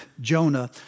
Jonah